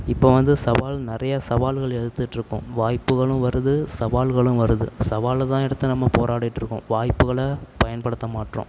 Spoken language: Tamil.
இப்போ வந்து சவால் நிறைய சவால்கள் எடுத்துகிட்டு இருக்கோம் வாய்ப்புகளும் வருது சவால்களும் வருது சவாலைதான் எடுத்து நம்ம போராடிகிட்டு இருக்கோம் வாய்ப்புகளை பயன்படுத்த மாட்டேறோம்